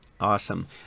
Awesome